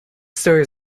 short